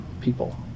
people